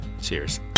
cheers